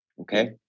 Okay